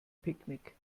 picknick